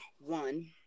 one